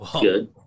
Good